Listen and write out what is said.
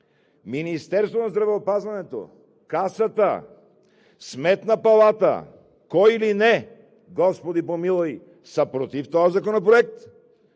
Министерството на здравеопазването, Касата, Сметната палата – кой ли не, господи помилуй, са против този законопроект.